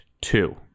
Two